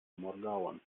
morgaŭan